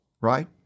right